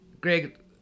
Greg